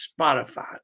Spotify